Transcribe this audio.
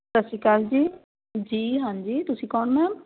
ਸਤਿ ਸ਼੍ਰੀ ਅਕਾਲ ਜੀ ਜੀ ਹਾਂਜੀ ਤੁਸੀਂ ਕੌਣ ਮੈਮ